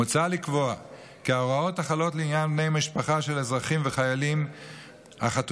מוצע לקבוע כי ההוראות החלות לעניין בני משפחה של אזרחים וחיילים החטופים